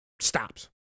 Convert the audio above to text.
stops